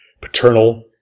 paternal